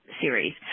series